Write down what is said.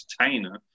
entertainer